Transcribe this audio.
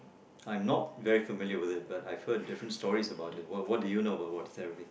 I'm not very familiar with it but I heard different stories about it what what what do you know about what do you know about the therapy